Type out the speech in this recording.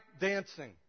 dancing